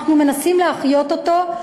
אנחנו מנסים להחיות אותו.